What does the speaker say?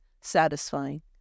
satisfying